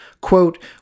Quote